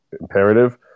imperative